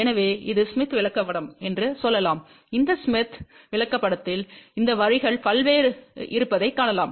எனவே இது ஸ்மித் விளக்கப்படம் என்று சொல்லலாம் இந்த ஸ்மித் விளக்கப்படத்தில் இந்த வரிகள் பல்வேறு இருப்பதைக் காணலாம்